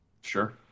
sure